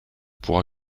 pourra